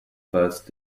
first